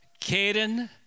Caden